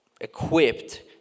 equipped